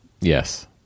Yes